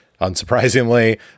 unsurprisingly